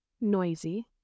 Noisy